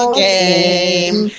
game